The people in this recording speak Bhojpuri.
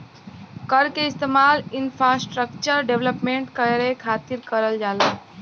कर क इस्तेमाल इंफ्रास्ट्रक्चर डेवलपमेंट करे खातिर करल जाला